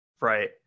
right